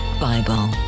Bible